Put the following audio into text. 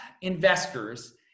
investors